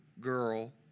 girl